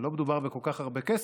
לא מדובר בכל כך הרבה כסף.